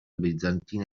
bizantina